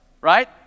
right